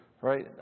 right